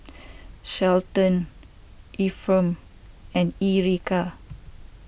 Shelton Efrem and Erika